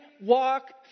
walk